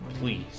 Please